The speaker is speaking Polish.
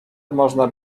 można